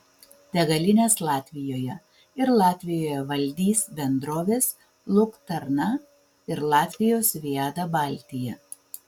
degalinės latvijoje ir latvijoje valdys bendrovės luktarna ir latvijos viada baltija